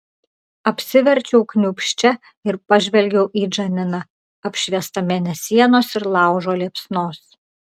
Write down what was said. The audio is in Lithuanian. apsiverčiau kniūbsčia ir pažvelgiau į džaniną apšviestą mėnesienos ir laužo liepsnos